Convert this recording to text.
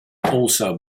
also